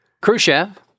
Khrushchev